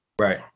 Right